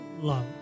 love